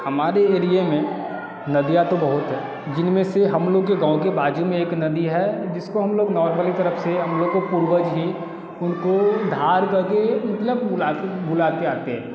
हमारे एरिए में नदिया तो बहुत है जिनमें से हम लोग के गाँव के बाज़ू में एक नदी है जिसको हम लोग नॉर्मली तरफ़ से हम लोग को पूर्वज ही उनको धार कर के मतलब बुलाते बुला के आते है